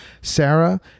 Sarah